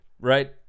right